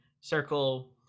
circle